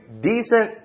decent